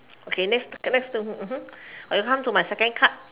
okay next let's look at mmhmm okay come to my second card